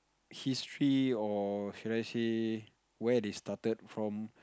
history of lets say where they started from